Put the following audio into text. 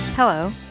Hello